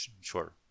sure